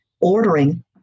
ordering